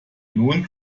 nun